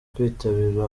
kwitabira